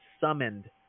summoned